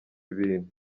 ibintu